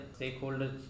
stakeholders